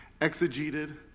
exegeted